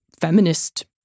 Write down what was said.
feminist